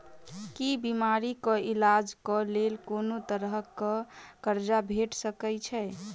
की बीमारी कऽ इलाज कऽ लेल कोनो तरह कऽ कर्जा भेट सकय छई?